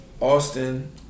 Austin